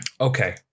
Okay